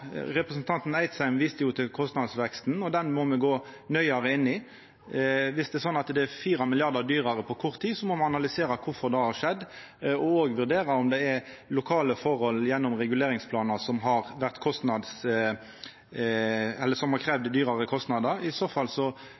Representanten Eidsheim viste til kostnadsveksten, og den må me gå nøyare inn i. Dersom det er slik at det har vorte 4 mrd. kr dyrare på kort tid, må me analysera kvifor det har skjedd, og også vurdera om det er lokale forhold gjennom reguleringsplanar som har ført til høgare kostnader. I så fall